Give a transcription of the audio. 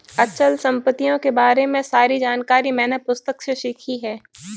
अचल संपत्तियों के बारे में सारी जानकारी मैंने पुस्तक से सीखी है